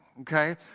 okay